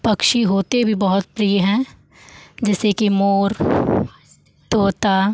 पक्षी होते भी बहुत प्रिय हैं जैसे कि मोर तोता